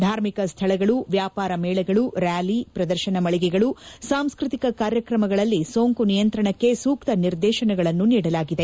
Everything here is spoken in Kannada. ಧಾರ್ಮಿಕ ಸ್ನಳಗಳು ವ್ಯಾಪಾರ ಮೇಳಗಳು ಕ್ಲಾಲಿ ಪ್ರದರ್ಶನ ಮಳಿಗೆಗಳು ಸಾಂಸ್ನತಿಕ ಕಾರ್ಯಕ್ರಮಗಳಲ್ಲಿ ಸೋಂಕು ನಿಯಂತ್ರಣಕ್ಕೆ ಸೂಕ್ತ ನಿರ್ದೇಶನಗಳನ್ನು ನೀಡಿದೆ